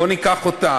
בוא ניקח אותה.